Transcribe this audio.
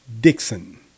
Dixon